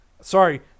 Sorry